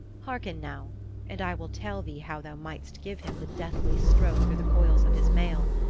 harken now and i will tell thee how thou mightst give him the deathly stroke through the coils of his mail.